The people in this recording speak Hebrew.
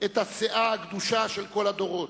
את הסאה הגדושה של כל הדורות,